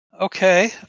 Okay